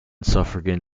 suffragan